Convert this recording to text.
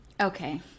Okay